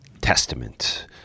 Testament